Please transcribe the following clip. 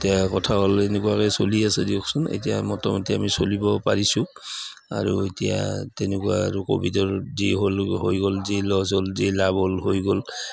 এতিয়া কথা হ'ল এনেকুৱাকে চলি আছে দিয়কচোন এতিয়া মুটামুটি আমি চলিব পাৰিছোঁ আৰু এতিয়া তেনেকুৱা আৰু ক'ভিডৰ যি হ'ল হৈ গ'ল যি লছ হ'ল যি লাভ হ'ল হৈ গ'ল